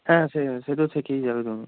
হ্যাঁ সে সে তো থেকেই যাবে তুমি